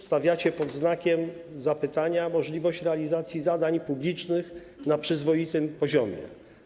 Stawiacie pod znakiem zapytania możliwość realizacji zadań publicznych na przyzwoitym poziomie.